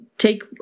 Take